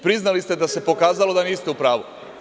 Priznali ste da se pokazalo da niste u pravu.